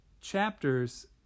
chapters